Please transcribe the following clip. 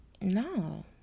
No